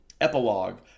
epilogue